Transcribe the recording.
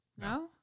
No